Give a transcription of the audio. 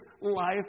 life